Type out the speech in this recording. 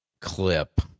clip